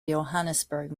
johannesburg